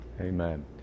Amen